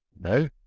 No